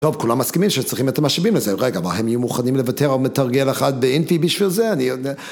טוב, כולם מסכימים שצריכים את המשאבים לזה, רגע, אבל הם יהיו מוכנים לוותר על מתרגל אחד באינפי בשביל זה, אני יודע...